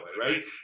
right